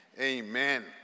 Amen